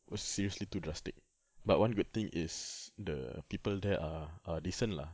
was seriously too drastic but one good thing is the people there are are decent lah